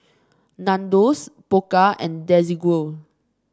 Nandos Pokka and Desigual